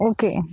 Okay